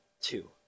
two